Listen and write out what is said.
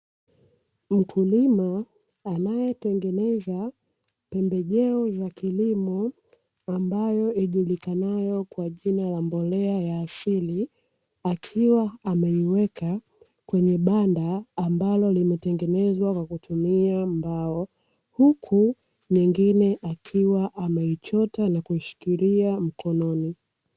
Mkulima anayetengeneza pembejeo za kilimo ambayo ijulikanayo kwa jina la mbolea ya asili akiwa ameiweka kwenye banda ambalo limetengenezwa kwa kutumia mbao huku nyingine akiwa ameichota na kushikilia mkononi.